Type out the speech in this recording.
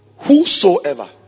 whosoever